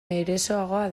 erosoagoa